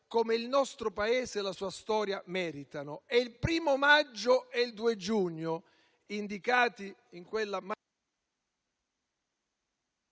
come il nostro Paese e la sua storia meritano. Il 1° maggio e il 2 giugno, indicati in quella